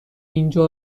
اینجا